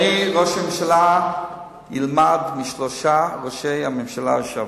שאדוני ראש הממשלה ילמד משלושה ראשי הממשלה לשעבר,